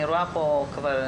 אני רואה פה כיוון.